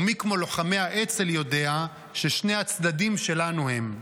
ומי כמו לוחמי האצ"ל יודע ששני הצדדים שלנו הם.